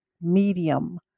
medium